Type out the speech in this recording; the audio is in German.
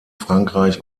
frankreich